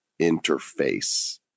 interface